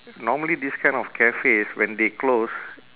normally this kind of cafes when they close